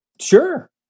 Sure